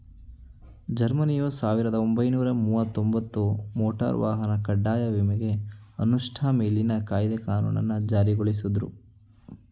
ಜರ್ಮನಿಯು ಸಾವಿರದ ಒಂಬೈನೂರ ಮುವತ್ತಒಂಬತ್ತು ಮೋಟಾರ್ ವಾಹನ ಕಡ್ಡಾಯ ವಿಮೆಯ ಅನುಷ್ಠಾ ಮೇಲಿನ ಕಾಯ್ದೆ ಕಾನೂನನ್ನ ಜಾರಿಗೊಳಿಸುದ್ರು